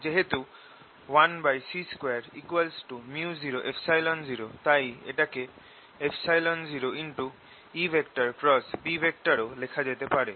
যেহেতু 1c2 µ00 তাই এটাকে 0EB ও লেখা যেতে পারে